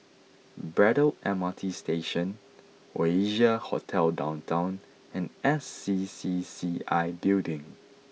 Braddell M R T Station Oasia Hotel Downtown and S C C C I Building